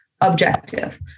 objective